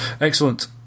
Excellent